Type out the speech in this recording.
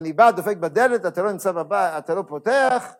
אני בא דופק בדלת, אתה לא נמצא בבית, אתה לא פותח.